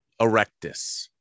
Erectus